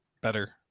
better